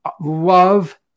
love